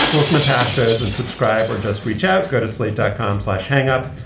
listen to pashas and subscribe or just reach out. go to slate dot com, slash hang up.